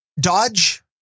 Dodge